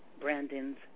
Brandon's